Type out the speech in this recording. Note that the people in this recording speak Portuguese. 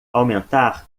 aumentar